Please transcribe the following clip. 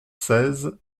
seize